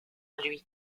lui